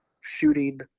shooting